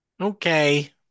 Okay